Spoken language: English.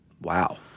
Wow